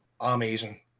amazing